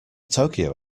tokyo